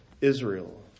Israel